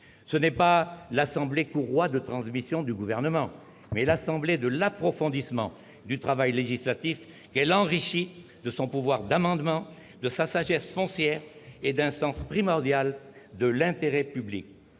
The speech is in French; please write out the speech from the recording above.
Ce n'est pas l'assemblée courroie de transmission du Gouvernement, mais l'assemblée de l'approfondissement du travail législatif, qu'elle enrichit de son pouvoir d'amendement, de sa sagesse foncière et d'un sens primordial de l'intérêt public.